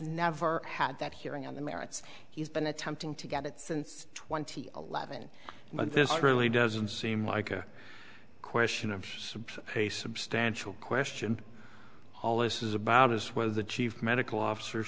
never had that hearing on the merits he's been attempting to get it since twenty eleven but this really doesn't seem like a question of a substantial question all this is about is whether the chief medical officer